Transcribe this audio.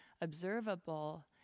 observable